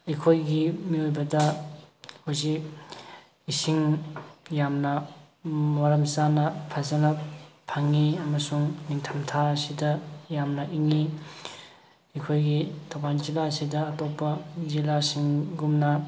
ꯑꯩꯈꯣꯏꯒꯤ ꯃꯤꯑꯣꯏꯕꯗ ꯍꯧꯖꯤꯛ ꯏꯁꯤꯡ ꯌꯥꯝꯅ ꯃꯔꯝ ꯆꯥꯅ ꯐꯖꯅ ꯐꯪꯉꯤ ꯑꯃꯁꯨꯡ ꯅꯤꯡꯊꯝ ꯊꯥ ꯑꯁꯤꯗ ꯌꯥꯝꯅ ꯏꯪꯉꯤ ꯑꯩꯈꯣꯏꯒꯤ ꯊꯧꯕꯥꯜ ꯖꯤꯜꯂꯥ ꯑꯁꯤꯗ ꯑꯇꯣꯞꯄ ꯖꯤꯜꯂꯥꯁꯤꯡ ꯒꯨꯝꯅ